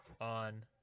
on